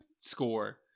score